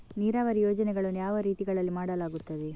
ನೀರಾವರಿ ಯೋಜನೆಗಳನ್ನು ಯಾವ ರೀತಿಗಳಲ್ಲಿ ಮಾಡಲಾಗುತ್ತದೆ?